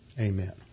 Amen